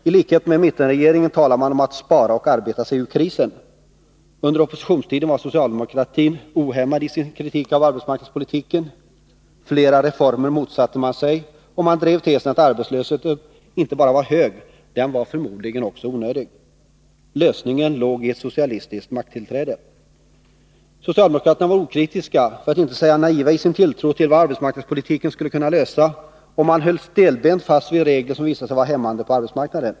I likhet med mittenregeringen talade man om att spara och arbeta sig ur krisen. Under oppositionstiden var socialdemokratin ohämmad i sin kritik av arbetsmarknadspolitiken. Flera reformer motsatte man sig, och man drev tesen att arbetslösheten inte bara var hög — den var förmodligen också onödig. Lösningen låg i ett socialistiskt makttillträde. Socialdemokraterna var okritiska, för att inte säga naiva i sin tilltro till vad arbetsmarknadspolitiken skulle kunna uträtta, och man höll stelbent fast vid regler som visat sig vara hämmande på arbetsmarknaden.